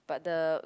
but the